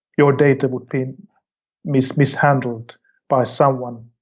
your data would be mishandled by someone